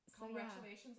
Congratulations